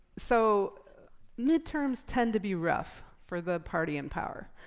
so midterms tend to be rough for the party in power.